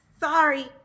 Sorry